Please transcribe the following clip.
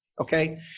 okay